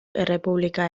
errepublika